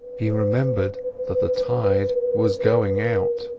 he remembered that the tide was going out.